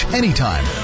anytime